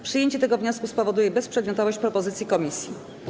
Przyjęcie tego wniosku spowoduje bezprzedmiotowość propozycji komisji.